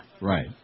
right